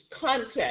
content